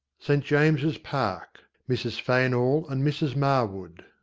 st. james's park. mrs. fainall and mrs. marwood.